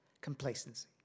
complacency